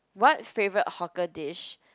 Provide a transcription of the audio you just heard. what favorite hawker dish